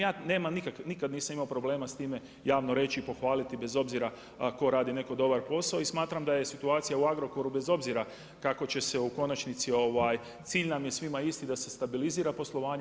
Ja nikada nisam imao problema s time javno reći i pohvaliti bez obzira tko radi neki dobar posao i smatram da je situacija u Agrokoru, bez obzira kako će se u konačnici, ovaj, cilj nam je svima isti da se stabilizira poslovanje.